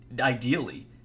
ideally